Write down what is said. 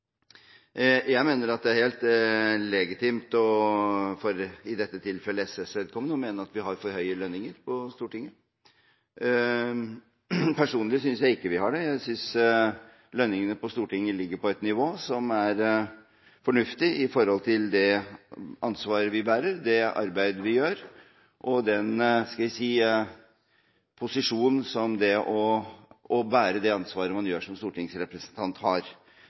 Jeg mener at det er helt legitimt, i dette tilfellet for SVs vedkommende, å mene at vi har for høye lønninger på Stortinget. Personlig synes jeg ikke vi har det. Jeg synes lønningene på Stortinget ligger på et nivå som er fornuftig i forhold til det ansvaret vi bærer, det arbeid vi gjør, og den, skal vi si, posisjon som det å bære det ansvaret man har som stortingsrepresentant,